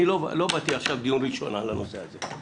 אני לא באתי עכשיו לדיון ראשון על הנושא הזה.